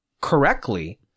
correctly